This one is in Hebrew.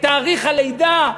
את תאריך הלידה,